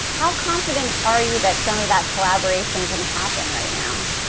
how confident are you that some of that collaboration can happen right now?